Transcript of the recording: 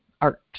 art